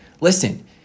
Listen